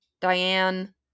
Diane